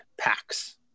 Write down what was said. packs